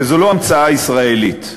שזו לא המצאה ישראלית.